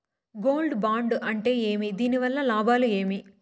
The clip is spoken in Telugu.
గోల్డ్ బాండు అంటే ఏమి? దీని వల్ల లాభాలు ఏమి?